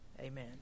amen